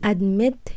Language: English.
Admit